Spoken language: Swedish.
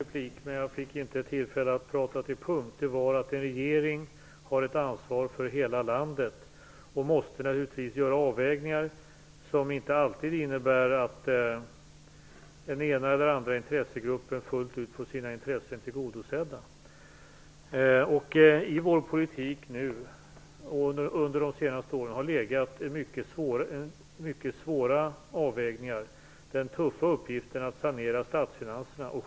Herr talman! Det jag ville säga i föregående replik när jag inte fick tillfälle att tala till punkt var att en regering har ett ansvar för hela landet och måste naturligtvis göra avvägningar som inte alltid innebär att den ena eller den andra intressegruppen fullt ut får sina intressen tillgodosedda. I vår politik under de senaste åren har det legat mycket svåra avvägningar i den tuffa uppgiften att sanera statsfinanserna.